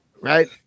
right